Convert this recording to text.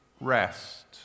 rest